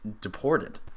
deported